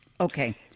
Okay